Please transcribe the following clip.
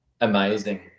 amazing